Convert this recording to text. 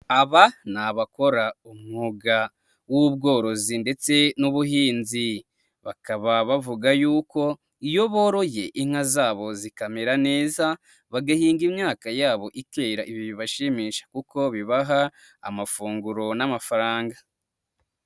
Aba ni abakora umwuga w'ubworozi ndetse n'ubuhinzi, bakaba bavuga yuko iyo boroye inka zabo zikamera neza, bagahinga imyaka yabo ikera, ibi bibashimisha kuko bibaha amafunguro n'amafaranga.